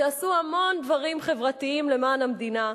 שעשו המון דברים חברתיים למען המדינה,